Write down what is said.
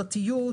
פרטיות,